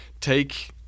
take